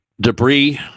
Debris